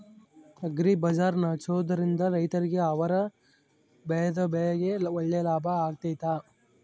Agri bazaar ನಡೆಸ್ದೊರಿಂದ ರೈತರಿಗೆ ಅವರು ಬೆಳೆದ ಬೆಳೆಗೆ ಒಳ್ಳೆ ಲಾಭ ಆಗ್ತೈತಾ?